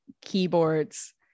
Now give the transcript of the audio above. keyboards